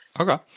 Okay